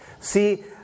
See